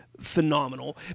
phenomenal